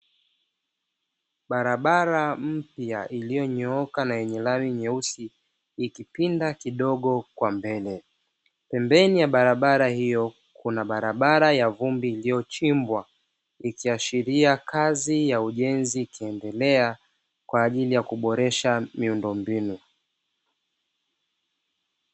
Barabara mpya iliyonyooka na yenye lami nyeusi ikipinda kidogo kwa mbele, pembeni ya barabara hiyo kuna barabara ya vumbi iliyochimbwa ikiashiria kazi ya ujenzi ikiendelea kwa ajili ya kuboresha miundombinu.